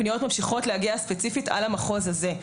הפניות ממשיכות להגיע ספציפית על המחוז הזה.